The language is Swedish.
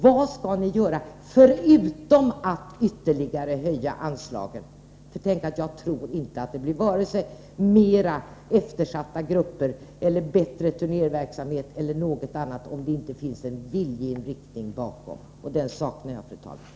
Vad skall regeringen föreslå förutom att ytterligare höja anslagen? Tänk, jag tror inte att det blir vare sig teater åt eftersatta grupper eller bättre turnéverksamhet eller något annat, om det inte finns en viljeinriktning bakom det hela! En sådan saknar jag, fru talman.